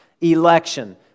election